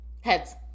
Heads